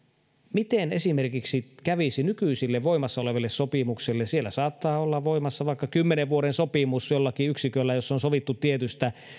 miten esimerkiksi kävisi nykyisille voimassa oleville sopimuksille siellä saattaa olla voimassa vaikka kymmenen vuoden sopimus jollakin yksiköllä jossa on sovittu tietystä